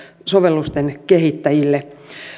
sovellusten kehittäjille